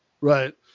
Right